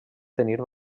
tenir